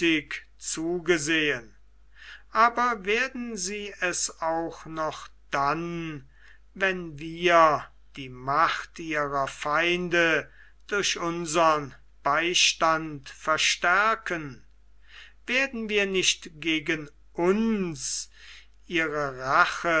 zugesehen aber werden sie es auch noch dann wenn wir die macht ihrer feinde durch unsern beistand verstärken werden wir nicht gegen uns ihre rache